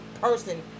person